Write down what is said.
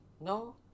No